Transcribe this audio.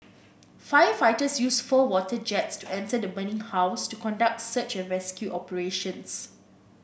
firefighters used four water jets to enter the burning house to conduct search and rescue operations